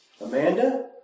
Amanda